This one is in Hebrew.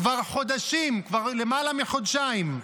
כבר חודשים, כבר למעלה מחודשיים,